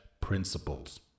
principles